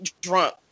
Drunk